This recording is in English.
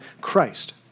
Christ